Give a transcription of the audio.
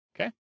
Okay